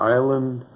Island